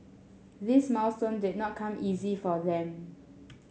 this milestone did not come easy for them